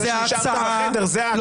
ונשארת בחדר זה לפנים משורת הדין.